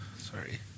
Sorry